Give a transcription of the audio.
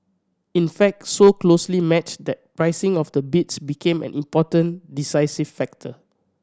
in fact so closely matched that pricing of the bids became an important decisive factor